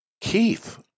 Keith